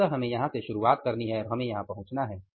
अंतत हमें यहां से शुरुआत करनी है और हमें यहां पहुंचना है